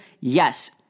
yes